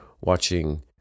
watching